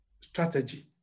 strategy